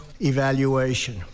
evaluation